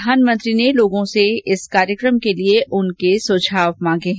प्रधानमंत्री ने लोगों से इस कार्यक्रम के लिए उनके सुझाव मांगे है